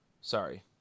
Sorry